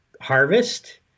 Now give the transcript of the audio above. harvest